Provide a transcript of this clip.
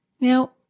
Now